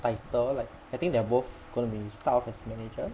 title like I think they're both going to be start off as a manager